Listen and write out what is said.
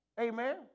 Amen